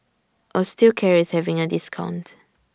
Osteocare IS having A discount